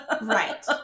Right